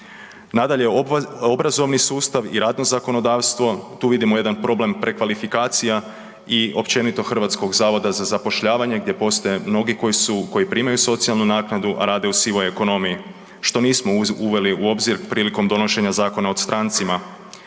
Nadalje, obrazovni sustav i radno zakonodavstvo, tu vidimo jedan problem prekvalifikacija i općenito HZZ-a gdje postoje mnogi koji su, koji primaju socijalnu naknadu, a rade u sivoj ekonomiji, što nismo uveli u obzir prilikom donošenja Zakona o strancima.